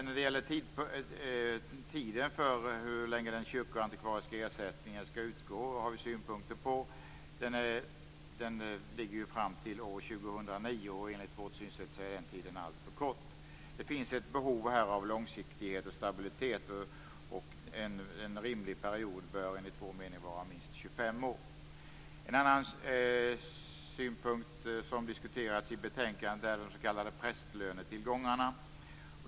Vi har även synpunkter på den tid den kyrkoantikvariska ersättningen skall utgå. Den omfattar tiden fram till år 2009. Enligt vårt synsätt är den tiden alltför kort. Det finns här ett behov av långsiktighet och stabilitet. En rimlig period bör enligt vår mening vara minst 25 år. En annan fråga som diskuterats i betänkandet är de s.k. prästlönetillgångarna.